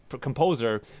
composer